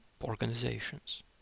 Organizations